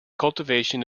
cultivation